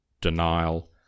denial